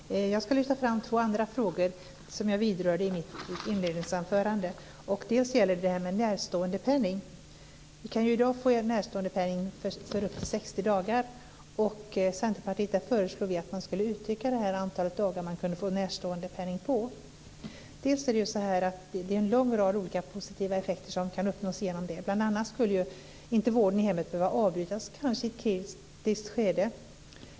Herr talman! Jag ska lyfta fram två andra frågor som jag vidrörde i mitt indelningsanförande. Det gäller bl.a. närståendepenning. Vi kan i dag få närståendepenning i upp till 60 dagar. I Centerpartiet föreslår vi en utökning av antalet dagar man kan få närståendepenning. Det är en lång rad olika positiva effekter som kan uppnås genom det. Bl.a. skulle vården i hemmet inte behöva avbrytas i ett kanske kritiskt skede.